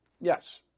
Yes